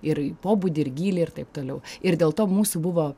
ir pobūdį ir gylį ir taip toliau ir dėl to mūsų buvo